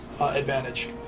advantage